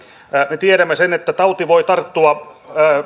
me tiedämme sen että tauti voi tarttua